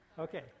Okay